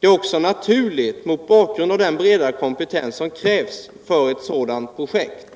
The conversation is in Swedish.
Det är också naturligt mot bakgrund av den breda kompetens som krävs för ett sådant projekt.”